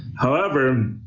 however,